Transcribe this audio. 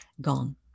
gone